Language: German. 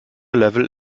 level